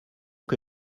que